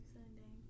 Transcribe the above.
Sunday